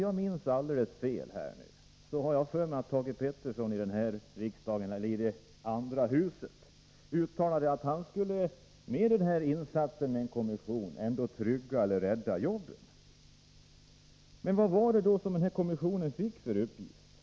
Jag har för mig att Thage Peterson i riksdagen uttalade att han genom insatsen att tillsätta en kommission skulle trygga eller rädda jobben. Vad var det då för uppgift kommissionen fick?